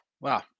Wow